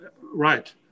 right